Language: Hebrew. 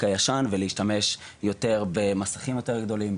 הישן ולהשתמש יותר במסכים יותר גדולים,